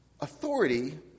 Authority